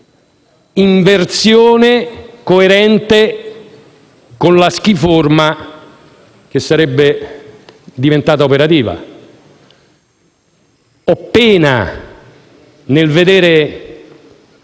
in versione coerente con la schiforma che sarebbe dovuta diventare operativa. Ho pena nel vedere